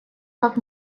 как